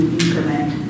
implement